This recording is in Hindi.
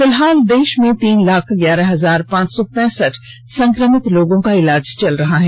फिलहाल देश में तीन लाख ग्यारह हजार पांच सौ पैंसठ संक्रमित लोगों का इलाज चल रहा है